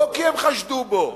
לא כי הם חשדו בו,